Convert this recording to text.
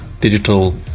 digital